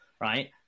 right